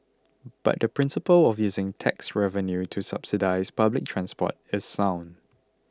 but the principle of using tax revenue to subsidise public transport is sound